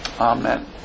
Amen